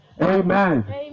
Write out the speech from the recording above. Amen